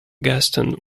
gaston